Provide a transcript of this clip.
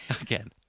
Again